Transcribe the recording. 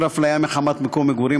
(איסור הפליה מחמת מקום מגורים),